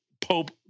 Pope